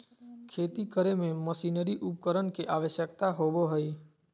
खेती करे में मशीनरी उपकरण के आवश्यकता होबो हइ